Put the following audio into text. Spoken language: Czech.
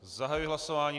Zahajuji hlasování.